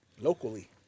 locally